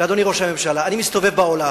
לאדוני ראש הממשלה: אני מסתובב בעולם,